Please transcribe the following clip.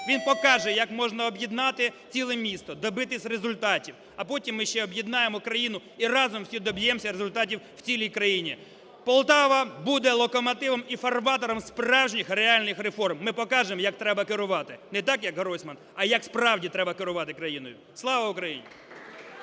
Він покаже як можна об'єднати ціле місто, добитись результатів. А потім ще об'єднаємо країну і разом всі доб'ємося результатів в цілій країні. Полтава буде локомотивом і фарватером справжніх, реальних реформ, ми покажемо як треба керувати, не так як Гройсман, а як справді треба керувати країною. Слава Україні!